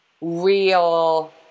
real